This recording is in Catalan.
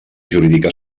jurídica